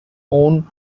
won